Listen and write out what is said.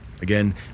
Again